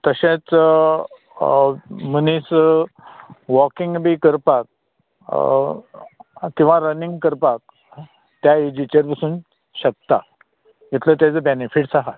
तशेंच मनीस वाॅकिंग बी करपाक किंवां रनींग करपाक त्या एजिचेर पसून शकता इतलो तेजो बेनिफिट्स आहा